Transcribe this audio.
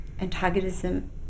antagonism